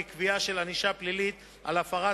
הוא קביעה של ענישה פלילית על הפרת